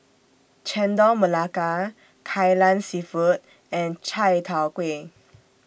Chendol Melaka Kai Lan Seafood and Chai Tow Kuay